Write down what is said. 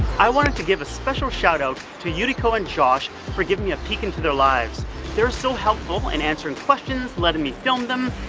i wanted to give a special shout out to yuriko and josh for giving me a peak into their lives they were so helpful in answering questions, letting me film them,